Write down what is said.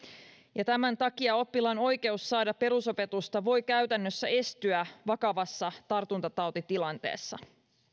ja tämän takia oppilaan oikeus saada perusopetusta voi käytännössä estyä vakavassa tartuntatautitilanteessa